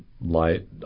light